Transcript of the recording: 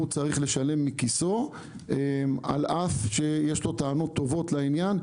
צריך לשלם מכיסו על אף שיש לו טענות טובות לעניין,